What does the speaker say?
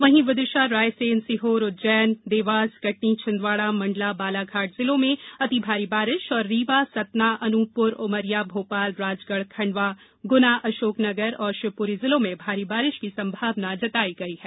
वहीं विदिशा रायसेन सीहोर उज्जैन देवास कटनी छिंदवाड़ा मंडला बालाघाट जिलों में अतिभारी बारिश और रीवा सतना अनूपपुर उमरिया भोपाल राजगढ़ खंडवा गुना अशोकनगर एवं शिवपुरी जिलों में भारी बारिश की संभावना जताई है